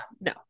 no